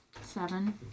Seven